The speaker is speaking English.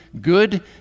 good